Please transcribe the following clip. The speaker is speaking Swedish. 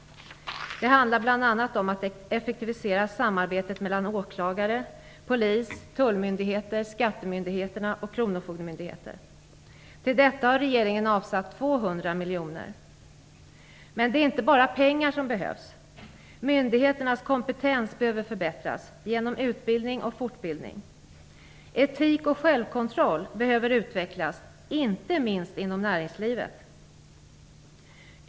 Det handlar bl.a. om att effektivisera samarbetet mellan åklagare, polis, skattemyndigheter, kronofogdemyndigheter och tullmyndigheter. Till detta har regeringen avsatt 200 miljoner. Det är inte bara pengar som behövs. Myndigheternas kompetens behöver förbättras, genom utbildning och fortbildning. Etik och självkontroll behöver utvecklas, inte minst inom näringslivet.